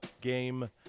Game